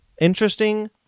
interesting